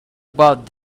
bought